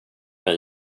mig